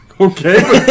Okay